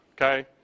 Okay